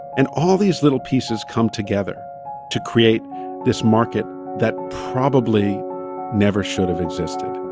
and all these little pieces come together to create this market that probably never should have existed